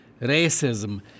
racism